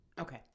okay